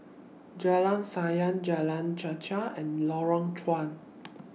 Jalan Sayang Jalan Chichau and Lorong Chuan